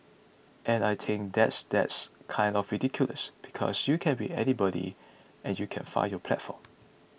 and I think that's that's kind of ridiculous because you can be anybody and you can find your platform